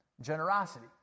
generosity